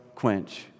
quench